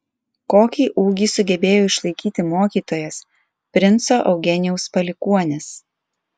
kokį ūgį sugebėjo išlaikyti mokytojas princo eugenijaus palikuonis